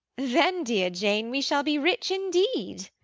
then, dear jane, we shall be rich indeed.